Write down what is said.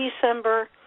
December